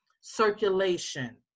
circulation